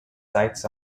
sights